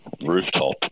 rooftop